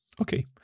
Okay